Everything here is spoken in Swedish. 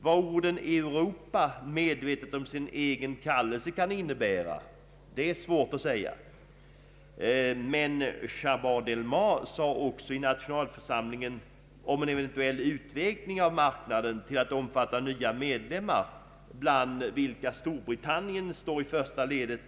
Vad orden ”Europa medvetet om sin egen kallelse” kan innebära är svårt att säga, men Chaban-Delmas sade också i nationalförsamlingen att en eventuell utvidgning av marknaden till att omfatta nya medlemmar, bland vilka Storbritannien står i första ledet,